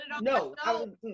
No